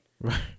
Right